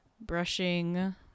brushing